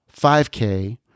5K